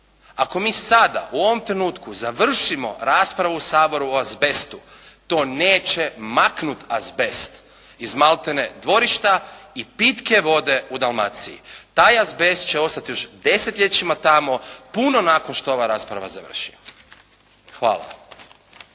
Ako mi sada u ovom trenutku završimo raspravu u Saboru o azbestu to neće maknuti azbest iz maltene dvorišta i pitke vode u Dalmaciji. Taj azbest će ostati još desetljećima tamo puno nakon što ova rasprava završi. Hvala.